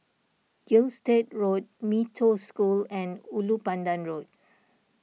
Gilstead Road Mee Toh School and Ulu Pandan Road